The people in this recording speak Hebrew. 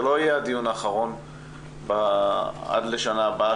זה לא יהיה הדיון האחרון עד לשנה הבאה,